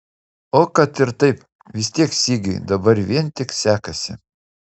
o kad ir taip vis tiek sigiui dabar vien tik sekasi